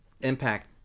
impact